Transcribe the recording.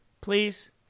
please